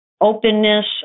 openness